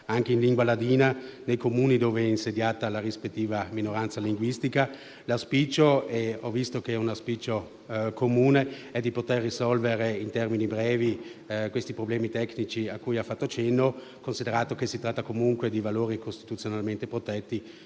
anche in lingua ladina nei Comuni dove è insediata la rispettiva minoranza linguistica. L'auspicio - che ho visto è comune - è di poter risolvere in termini brevi i problemi tecnici cui ha fatto cenno, considerato che si tratta comunque di valori protetti